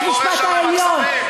נגד בית-המשפט העליון,